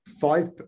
five